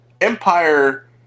Empire